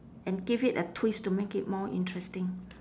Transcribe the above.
and give it a twist to make it more interesting